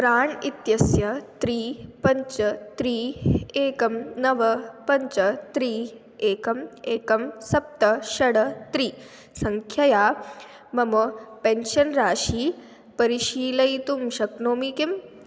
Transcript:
प्राण् इत्यस्य त्रीणि पञ्च त्रीणि एकं नव पञ्च त्रीणि एकं एकं सप्त षट् त्रीणि सङ्ख्यया मम पेन्शन् राशिं परिशीलयितुं शक्नोमि किम्